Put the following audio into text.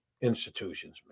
institutions